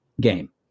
game